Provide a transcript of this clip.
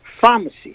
pharmacy